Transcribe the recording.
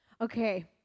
okay